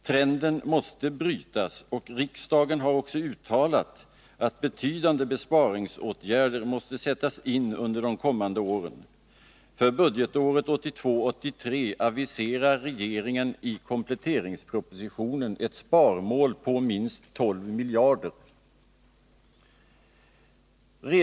Trenden måste brytas, och riksdagen har också uttalat att betydande besparingsåtgärder måste sättas in under de kommande åren. För budgetåret 1982/83 aviserar regeringen i kompletteringspropositionen ett sparmål på minst 12 miljarder kronor.